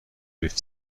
with